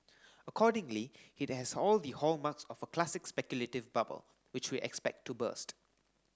accordingly it has all the hallmarks of a classic speculative bubble which we expect to burst